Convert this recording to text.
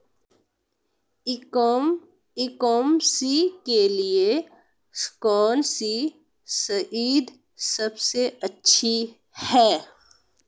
ई commerce के लिए कौनसी साइट सबसे अच्छी है?